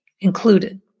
included